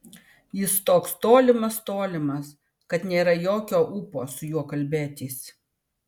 jis toks tolimas tolimas kad nėra jokio ūpo su juo kalbėtis